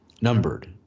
numbered